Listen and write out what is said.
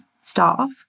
staff